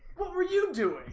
what were you doing?